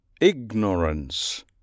Ignorance